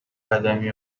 قدمی